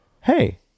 Hey